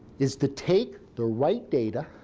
is to take the right data,